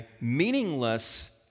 Meaningless